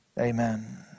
Amen